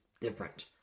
different